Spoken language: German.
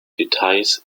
details